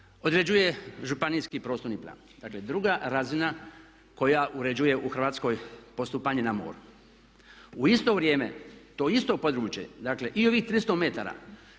određuje županijski prostorni plan. Dakle druga razina koja uređuje u Hrvatskoj postupanje na moru. U isto vrijeme to isto područje, dakle i ovih 300 metara